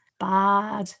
bad